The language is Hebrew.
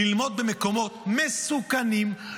ללמוד במקומות מסוכנים,